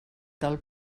del